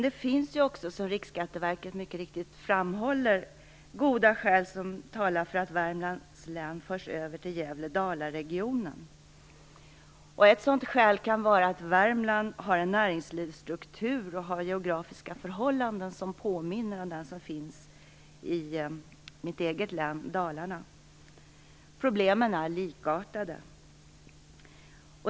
Det finns också, som Riksskatteverket mycket riktigt framhåller, goda skäl som talar för att Värmlands län förs över till Gävle/Dala-regionen. Ett sådant skäl kan vara att Värmland har en näringslivsstruktur och geografiska förhållanden som påminner om dem som finns i mitt eget län Dalarna. Problemen är likartade.